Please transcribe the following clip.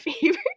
favorite